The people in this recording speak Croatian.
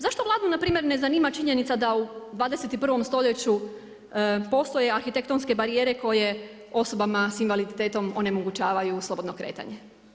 Zašto Vladu npr. ne zanima činjenica da u 21. stoljeću postoje arhitekstonske barijere koje osobama sa invaliditetom onemogućavaju slobodno kretanje?